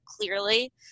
clearly